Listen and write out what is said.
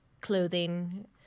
clothing